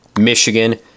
Michigan